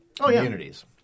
communities